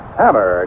hammer